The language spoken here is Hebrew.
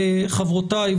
לחברותיי,